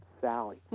Sally